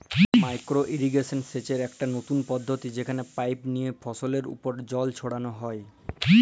micro irrigation সেচের ইকট লতুল পদ্ধতি যেখালে পাইপ লিয়ে ফসলের উপর জল ছড়াল হ্যয়